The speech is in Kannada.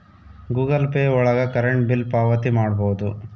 ಗೂಗಲ್ ಪೇ ಒಳಗ ಕರೆಂಟ್ ಬಿಲ್ ಪಾವತಿ ಮಾಡ್ಬೋದು